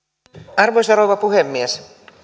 arvoisa rouva puhemies